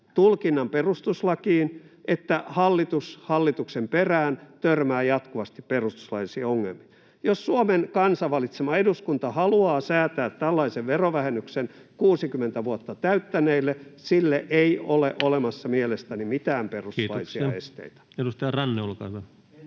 tulkinnan perustuslakiin, että hallitus hallituksen perään törmää jatkuvasti perustuslaillisiin ongelmiin? Jos Suomen kansan valitsema eduskunta haluaa säätää tällaisen verovähennyksen 60 vuotta täyttäneille, sille ei ole olemassa mielestäni mitään perustuslaillisia esteitä. [Johannes Koskinen: Me ollaan